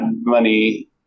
money